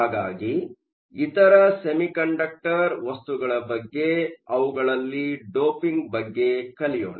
ಹಾಗಾಗಿ ಇತರ ಸೆಮಿಕಂಡಕ್ಟರ್ ವಸ್ತುಗಳ ಬಗ್ಗೆ ಮತ್ತು ಅವುಗಳಲ್ಲಿ ಡೋಪಿಂಗ್ ಬಗ್ಗೆ ಕಲಿಯೋಣ